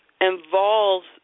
involves